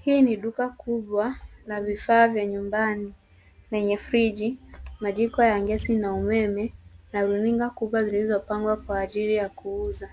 Hii ni duka kubwa la vifaa vya nyumbani. Penye friji, majiko ya gesi na umeme na runinga kubwa zilizopangwa kwa ajili ya kuuza.